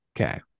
Okay